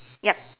yup